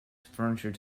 furniture